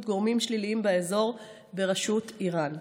גורמים שליליים באזור בראשות איראן.